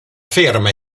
ferma